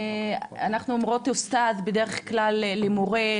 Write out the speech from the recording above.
אנחנו אומרת "עוסטאד" בדרך כלל למורה,